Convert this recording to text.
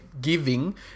giving